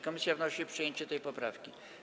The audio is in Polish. Komisja wnosi o przyjęcie tej poprawki.